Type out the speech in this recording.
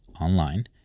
online